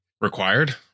required